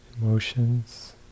Emotions